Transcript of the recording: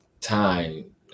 time